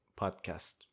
podcast